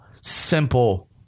simple